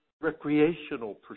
recreational